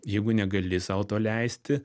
jeigu negali sau to leisti